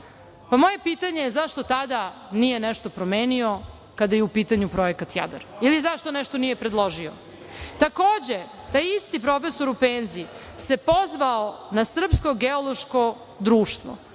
moje pitanje je – zašto tada nije nešto promenio kada je u pitanju projekat Jadar ili zašto nešto nije predložio? Takođe, taj isti profesor u penziji se pozvao na Srpsko geološko društvo.